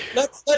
let's